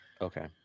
Okay